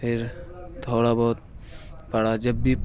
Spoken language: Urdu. پھر تھوڑا بہت پڑھا جب بھی